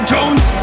Jones